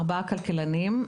ארבעה כלכלנים,